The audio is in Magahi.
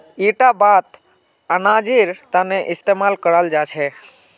इटा बात अनाजेर तने इस्तेमाल कराल जा छे